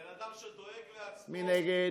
בן אדם שדואג לעצמו, 17, מי נגד?